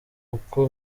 uko